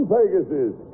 Pegasus